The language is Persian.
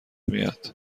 میاد